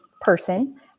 person